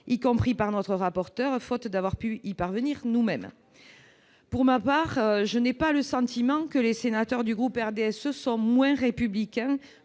notamment, par notre rapporteur, faute d'avoir pu parvenir à le faire nous-mêmes. Pour ma part, je n'ai pas le sentiment que les sénateurs du RDSE sont moins républicains